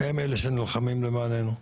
הם אלה שנלחמים למעננו,